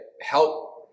help